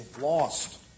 lost